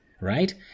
right